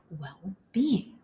well-being